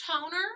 toner